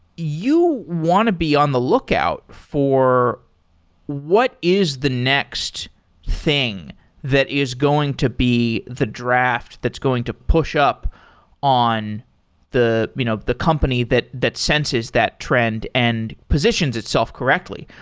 you want to be on the lookout for what is the next thing that is going to be the draft that's going to push up on the you know the company that that senses that trend and positions itself correctly.